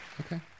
Okay